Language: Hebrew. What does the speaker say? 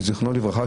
זיכרונו לברכה,